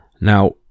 Now